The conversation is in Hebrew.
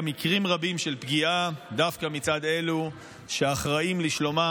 מקרים רבים של פגיעה דווקא מצד אלו שאחראיים לשלומם.